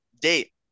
date